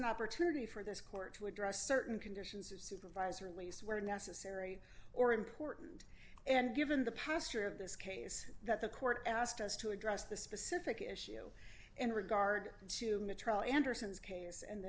an opportunity for this court to address certain conditions of supervisor at least where necessary or important and given the pastor of this case that the court asked us to address the specific issue in regard to metro anderson's case and